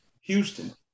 Houston